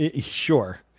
Sure